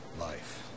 life